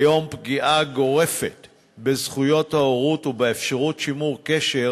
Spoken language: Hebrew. כיום יש פגיעה גורפת בזכויות ההורות ובאפשרות שימור הקשר